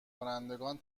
کنندگان